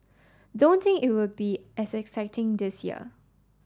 don't think it will be as exciting this year